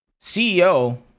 CEO